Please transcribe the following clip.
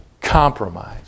compromise